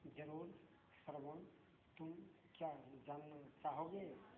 ज़रूर श्रवण तुम क्या जानना चाहोगे